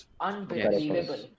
Unbelievable